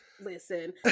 listen